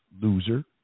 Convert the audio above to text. loser